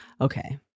Okay